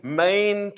main